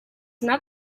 not